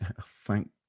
thank